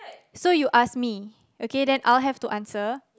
so you ask me okay then I'll have to answer